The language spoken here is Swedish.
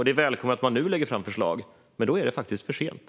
Det är välkommet att man nu lägger fram förslag, men då är det för sent.